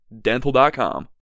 dental.com